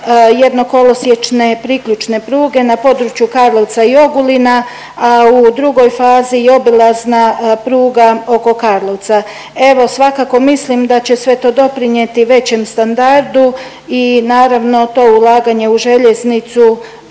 jedno kolosiječne priključne pruge na području Karlovca i Ogulina, a u drugoj fazi i obilazna pruga oko Karlovca. Evo svakako mislim da će sve to doprinijeti većem standardu i naravno to ulaganje u željeznicu